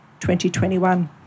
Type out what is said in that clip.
2021